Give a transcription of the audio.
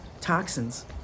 toxins